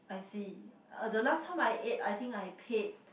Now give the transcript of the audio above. I see uh the last time I ate I think I paid